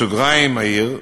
בסוגריים אעיר: